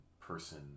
person